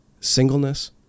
Singleness